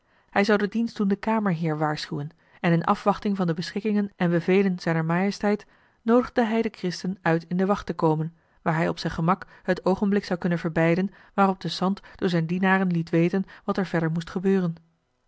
hij zou den dienstdoenden kamerheer waarschuwen en in afwachting van de beschikkingen en bevelen zijner majesteit noodigde hij den christen uit in de wacht te komen waar hij op zijn gemak het oogenblik zou kunnen verbeiden waarop de sant door zijn dienaren liet weten wat er verder moest gebeuren